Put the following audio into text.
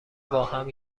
باهم